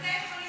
שבתי-חולים